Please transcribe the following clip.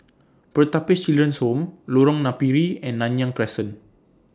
Pertapis Children's Home Lorong Napiri and Nanyang Crescent